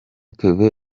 kevin